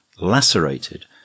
lacerated